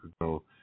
ago